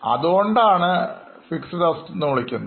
അതുകൊണ്ടാണ് Fixed Assets എന്നു വിളിക്കുന്നത്